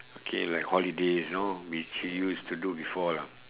okay like holidays you know which we used to do before lah